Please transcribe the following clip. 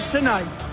tonight